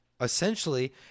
Essentially